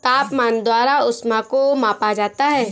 तापमान द्वारा ऊष्मा को मापा जाता है